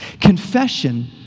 Confession